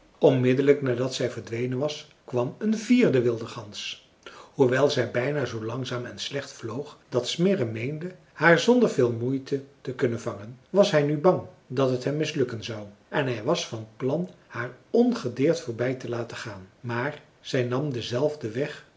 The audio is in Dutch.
onmiddellijk nadat zij verdwenen was kwam een vierde wilde gans hoewel zij bijna zoo langzaam en slecht vloog dat smirre meende haar zonder veel moeite te kunnen vangen was hij nu bang dat het hem mislukken zou en hij was van plan haar ongedeerd voorbij te laten gaan maar zij nam denzelfden weg